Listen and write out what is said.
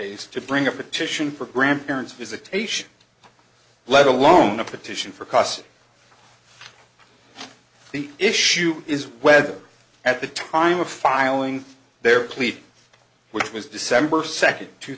case to bring a petition for grandparents visitation let alone a petition for custody the issue is whether at the time of filing their plea which was december second two